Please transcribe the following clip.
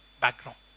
background